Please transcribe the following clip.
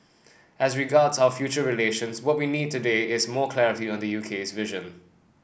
as regards our future relations what we need today is more clarity on the U K's vision